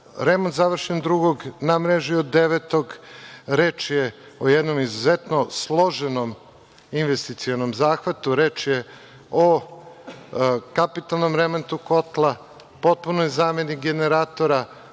Remont je završen drugog, na mreži je od devetog. Reč je o jednom izuzetnom složenom investicionom zahvatu. Reč je o kapitalnom remontu kotla, potpuni je zamenik generatora